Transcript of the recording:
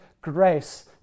grace